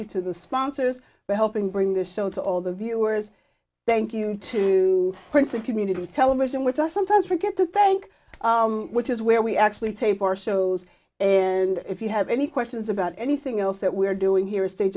you to the sponsors for helping bring this show to all the viewers thank you to printing community television which i sometimes forget to thank which is where we actually tape our shows and if you have any questions about anything else that we're doing here